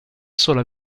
sola